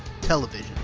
television